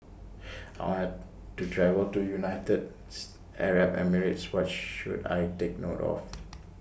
I want to travel to United Arab Emirates What should I Take note of